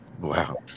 Wow